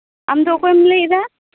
ᱟᱢᱫᱚ ᱚᱠᱭᱮᱢ ᱞᱟᱹᱭ ᱮᱫᱟ